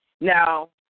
Now